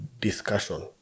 discussion